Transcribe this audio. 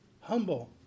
humble